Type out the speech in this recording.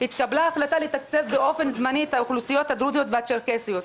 התקבלה החלטה לתקצב באופן זמני את האוכלוסיות הדרוזיות והצ'רקסיות.